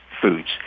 foods